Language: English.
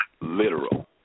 literal